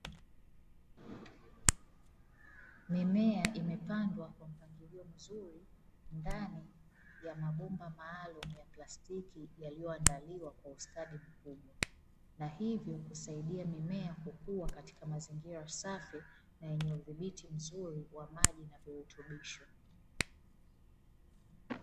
Mimea imepandwa kwa mpangilio mzuri ndani ya mabomba maalumu ya plastiki yaliyoandaliwa kwa ustadi mkubwa, na hivyo kusaidia mimea kukua katika mazingira safi na yenye udhibiti mzuri wa maji na virutubisho.